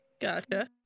Gotcha